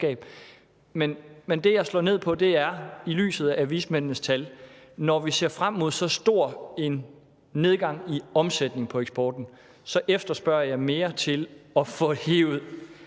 Men det, jeg slår ned på, er – i lyset af vismændenes tal – at når vi ser frem mod så stor en nedgang i omsætning på eksporten, så efterspørger jeg mere at få hevet